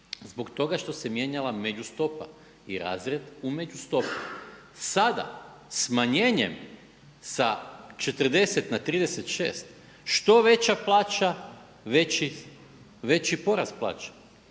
zbog toga što se mijenjala međustopa i razred u međustopi. Sada, smanjenjem sa 40 na 36 što veća plaća veći porast plaće,